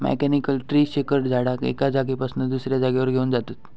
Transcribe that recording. mechanical tree shaker झाडाक एका जागेपासना दुसऱ्या जागेवर घेऊन जातत